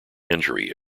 injury